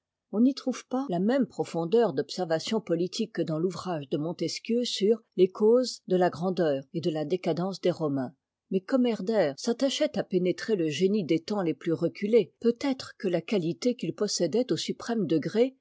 on n'y trouve pas la même profondeur d'observations politiques que dans l'ouvrage de montesquieu sur m cam es de a grrakdeur et de la décadence des oma m mais comme herder s'attachait à pénétrer le génie des temps les plus reculés peut-être que la qualité qu'il possédait au suprême degré